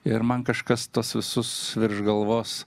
ir man kažkas tuos visus virš galvos